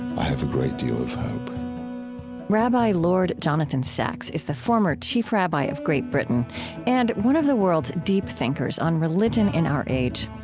i have a great deal of hope rabbi lord jonathan sacks is the former chief rabbi of great britain and one of the world's deep thinkers on religion in our age.